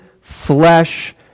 flesh